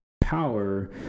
power